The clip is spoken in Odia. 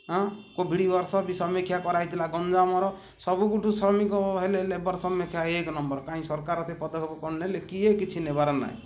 ହଁ କୋଭିଡ଼୍ ବର୍ଷ ବି ସମୀକ୍ଷା କରାହେଇଥିଲା ଗଞ୍ଜାମ ର ସବୁ ଠୁ ଶ୍ରମିକ ହେଲେ ହେଲେ ଲେବର୍ ସମୀକ୍ଷା ଏକ୍ ନମ୍ବର୍ କାଇଁ ସରକାର୍ ସେ ପଦକ୍ଷେପ କ'ଣ ନେଲେ କିହେ କିଛି ନେବାର ନାଇ